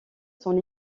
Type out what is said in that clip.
son